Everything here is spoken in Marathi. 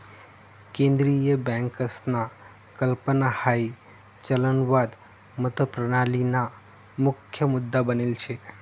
केंद्रीय बँकसना कल्पना हाई चलनवाद मतप्रणालीना मुख्य मुद्दा बनेल शे